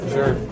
Sure